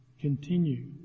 continue